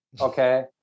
Okay